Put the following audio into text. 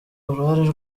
uruhare